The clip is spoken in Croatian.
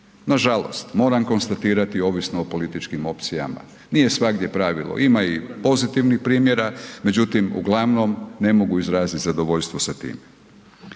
Nažalost, moram konstatirati ovisno o političkim opcijama. Nije svagdje pravilo, ima i pozitivnih primjera, međutim uglavnom ne mogu izraziti zadovoljstvo sa tim.